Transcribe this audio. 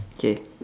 okay